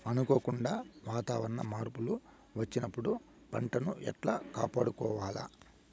అనుకోకుండా వాతావరణ మార్పులు వచ్చినప్పుడు పంటను ఎట్లా కాపాడుకోవాల్ల?